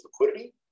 liquidity